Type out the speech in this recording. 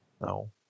No